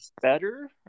better